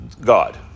God